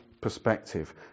perspective